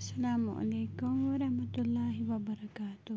السَلامُ علیکُم وَرحمتُہ اللہِ وَبرکاتُہ